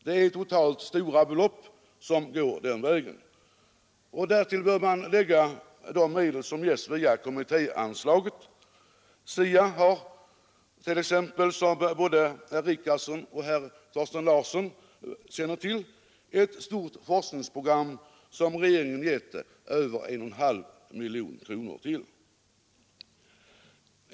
Det är totalt stora belopp som går till denna verksamhet. Därtill bör läggas de medel som ges via kommittéanslaget. SIA har, som både herr Richardson och herr Larsson i Staffanstorp känner till, ett stort forskningsprogram som regeringen anslagit över 1,5 miljoner kronor till.